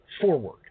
forward